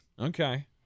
Okay